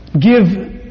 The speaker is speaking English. give